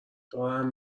دارم